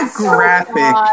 graphic